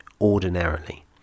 ordinarily